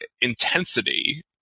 intensity